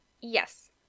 Yes